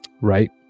Right